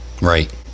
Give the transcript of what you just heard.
Right